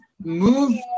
move